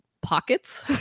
pockets